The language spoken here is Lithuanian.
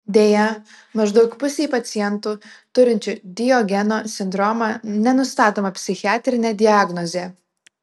deja maždaug pusei pacientų turinčių diogeno sindromą nenustatoma psichiatrinė diagnozė